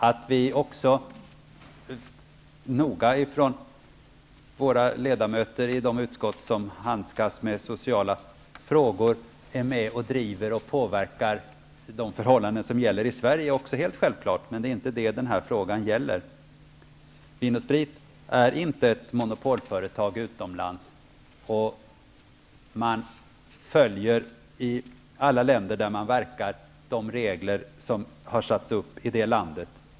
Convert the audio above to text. Att våra ledamöter i de utskott som handskas med sociala frågor är med och driver och påverkar de förhållanden som gäller i Sverige är också helt självklart, men det är inte det den här frågan gäller. Vin & Sprit är inte ett monopolföretag utomlands, och man följer i alla länder där man verkar de regler som har satts upp i resp. land.